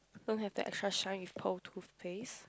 some have the extra shine with pearl toothpaste